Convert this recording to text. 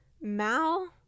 Mal